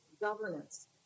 governance